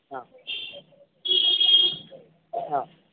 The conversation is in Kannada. ಹಾಂ ಹಾಂ